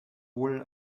wohl